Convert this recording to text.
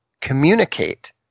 communicate